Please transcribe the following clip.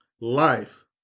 life